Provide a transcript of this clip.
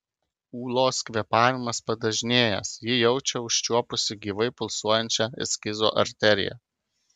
ūlos kvėpavimas padažnėjęs ji jaučia užčiuopusi gyvai pulsuojančią eskizo arteriją